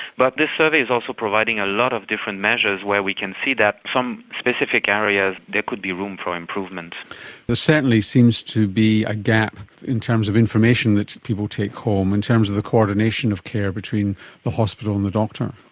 but this survey is also providing a lot of different measures where we can see that in some specific areas there could be room for improvement. there certainly seems to be a gap in terms of information that people take home in terms of the coordination of care between the hospital and the doctor.